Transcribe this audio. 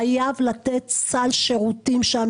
חייבים לתת סל שירותים שם,